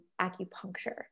acupuncture